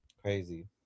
crazy